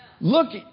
Look